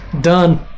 Done